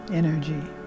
energy